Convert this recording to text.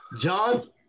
John